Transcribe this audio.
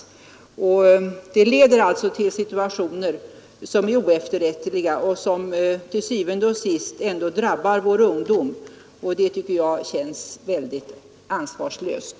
I praktiken leder denna oklarhet till situationer som är oefterrättliga och som til syvende og sidst drabbar vår ungdom. Det tycker jag känns mycket ansvarslöst.